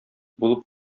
булып